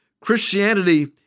Christianity